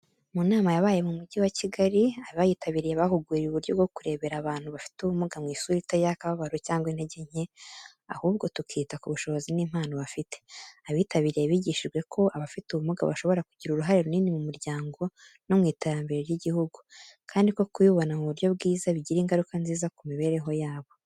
Mu nama yabaye mu Mujyi wa Kigali, abayitabiriye bahuguriwe uburyo bwo kurebera abantu bafite ubumuga mu isura itari iy’akababaro cyangwa intege nke, ahubwo tukita ku bushobozi n’impano bafite. Abitabiriye bigishijwe ko abafite ubumuga bashobora kugira uruhare runini mu muryango no mu iterambere ry’igihugu, kandi ko kubibona mu buryo bwiza bigira ingaruka nziza ku mibereho yabo.